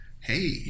Hey